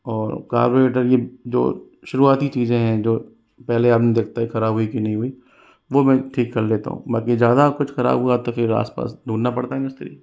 और कार्बोरेटर ये जो शुरुआती चीज़ें हैं जो पहले हम देखते हैं खराब हुई की नहीं हुई वह मैं ठीक कर लेता हूँ बाकी ज़्यादा कुछ खराब हुआ तो फिर आस पास ढूँढना पड़ता है मिस्त्री